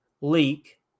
leak